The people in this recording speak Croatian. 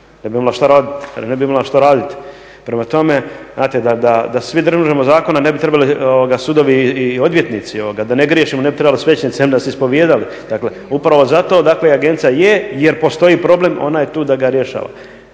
ne bi imala što raditi, prema tome znate da se svi držimo zakona, ne bi trebali sudovi i odvjetnici, da ne griješimo, ne bi trebali svećenici i onda nas ispovijedali. Dakle, upravo zato je agencija jer postoji problem, ona je tu da ga rješava.